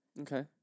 Okay